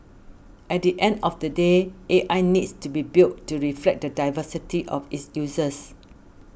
at the end of the day A I needs to be built to reflect the diversity of its users